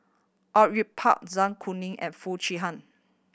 Au Yue Pak Zai Kuning and Foo Chee Han